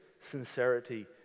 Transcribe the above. sincerity